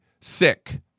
sick